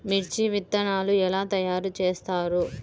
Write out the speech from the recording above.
మిర్చి విత్తనాలు ఎలా తయారు చేస్తారు?